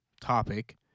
topic